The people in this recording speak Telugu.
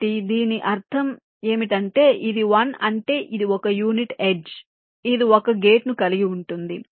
కాబట్టి దీని అర్థం ఏమిటంటే ఇది 1 అంటే ఇది ఒక యూనిట్ ఎడ్జ్ ఇది 1 గేటును కలిగి ఉంటుంది